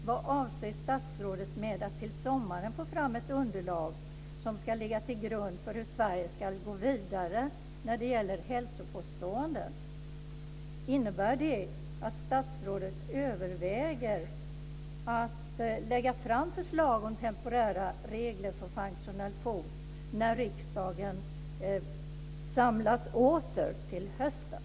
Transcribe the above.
Vad avser statsrådet med att man till sommaren ska få fram ett underlag som ska ligga till grund för hur Sverige ska gå vidare när det gäller hälsopåståenden? Innebär det att statsrådet övervägar att lägga fram förslag om temporära regler för functional food när riksdagen återsamlas till hösten?